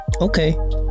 Okay